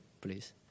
Please